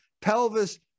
pelvis